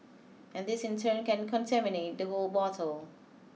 and this in turn can contaminate the whole bottle